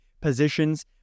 positions